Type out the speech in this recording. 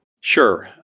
Sure